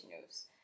news